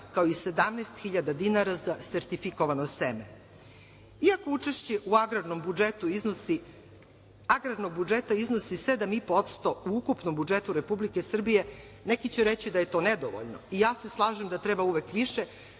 kao i 17 hiljada dinara za sertifikovano seme. Iako učešće u agrarnom budžetu iznosi iznosi 7,5% u ukupnom budžetu Republike Srbije, neki će reći da je to nedovoljno, i ja se slažem da treba uvek više,